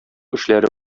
эшләре